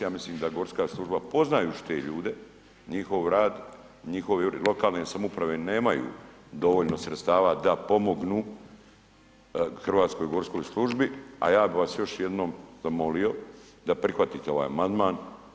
Ja mislim da gorska služba poznajući te ljude, njihov rad, njihove lokalne samouprave nemaju dovoljno sredstava da pomognu Hrvatskoj gorskoj službi a ja bih vas još jednom zamolio da prihvatite ovaj amandman.